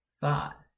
thought